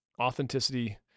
authenticity